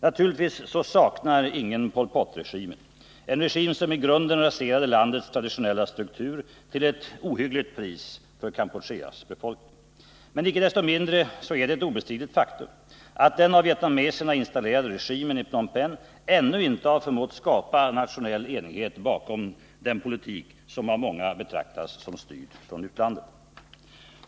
Naturligtvis saknar ingen Pol Pot-regimen, en regim som i grunden raserade landets traditionella struktur, till ett ohyggligt pris för Kampucheas befolkning. Men icke desto mindre är det ett obestridligt faktum att den av vietnameserna installerade regimen i Phnom Penh ännu inte har förmått skapa nationell enighet bakom den politik som av många betraktas som styrd från utlandet.